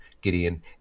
Gideon